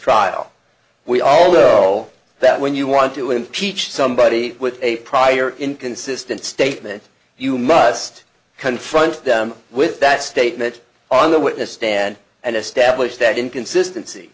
trial we all know that when you want to impeach somebody with a prior inconsistent statement you must confront them with that statement on the witness stand and establish that inconsistency